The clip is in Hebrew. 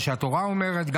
מה שגם התורה אומרת,